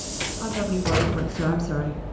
ah governing board report, sir. i'm sorry.